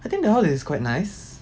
I think the house is quite nice